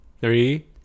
Three